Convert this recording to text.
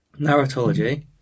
narratology